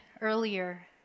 earlier